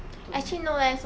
don't have